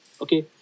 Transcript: okay